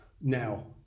Now